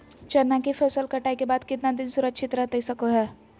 चना की फसल कटाई के बाद कितना दिन सुरक्षित रहतई सको हय?